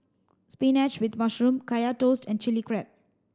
spinach with mushroom Kaya Toast and chili crab